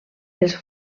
els